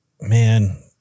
man